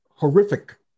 horrific